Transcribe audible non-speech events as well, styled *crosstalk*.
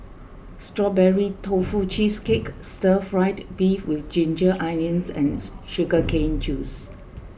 Strawberry Tofu Cheesecake Stir Fried Beef with Ginger Onions and *unintelligible* Sugar Cane Juice